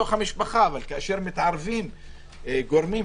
להגיש תלונות על עוולות - לא מדובר על